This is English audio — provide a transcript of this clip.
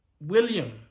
William